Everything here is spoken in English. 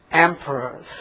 emperors